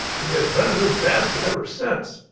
he has been in this basket ever since.